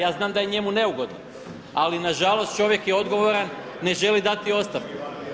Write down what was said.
Ja znam da je njemu neugodno, ali nažalost čovjek je odgovoran ne želi dati ostavku.